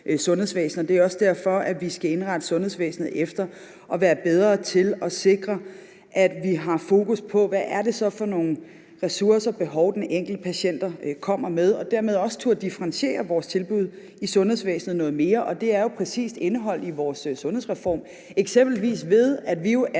det er også derfor, at vi skal indrette sundhedsvæsenet efter at være bedre til at sikre, at vi har fokus på, hvad det så er for nogle ressourcer og behov, den enkelte patient kommer med, og dermed også turde differentiere vores tilbud i sundhedsvæsenet noget mere. Det er jo præcis også indeholdt i vores sundhedsreform, eksempelvis ved at vi jo